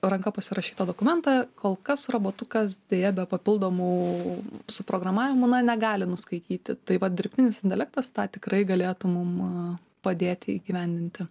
ranka pasirašytą dokumentą kol kas robotukas deja be papildomų suprogramavimų na negali nuskaityti tai va dirbtinis intelektas tą tikrai galėtų mum padėti įgyvendinti